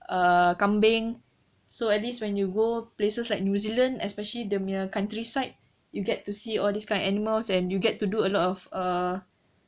err kambing so at least when you go places like new zealand especially dia punya countryside you get to see all this kind of animals and you get to do a lot of uh